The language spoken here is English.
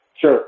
Sure